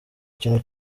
kintu